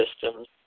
systems